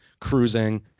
cruising